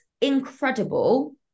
incredible